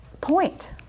point